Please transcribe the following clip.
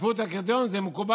והצפיפות היא קריטריון, זה מקובל.